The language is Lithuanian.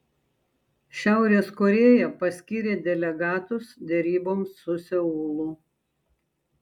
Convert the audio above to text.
šiaurės korėja paskyrė delegatus deryboms su seulu